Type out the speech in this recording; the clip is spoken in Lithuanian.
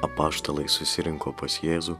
apaštalai susirinko pas jėzų